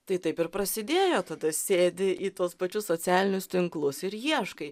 tai taip ir prasidėjo tada sėdi į tuos pačius socialinius tinklus ir ieškai